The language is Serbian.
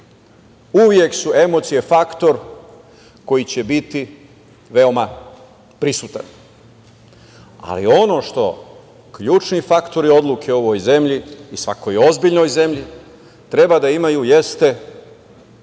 Uvek su emocije faktor koji će biti veoma prisutan. Ali, ono što ključni faktori odluke u ovoj zemlji i svakoj ozbiljnoj zemlji treba da imaju, jeste